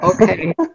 Okay